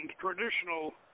traditional